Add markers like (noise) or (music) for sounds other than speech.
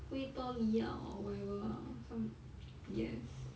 维多利亚 or whatever ah some (noise) B_S